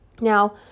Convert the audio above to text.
now